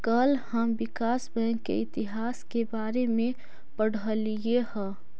कल हम विकास बैंक के इतिहास के बारे में पढ़लियई हल